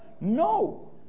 No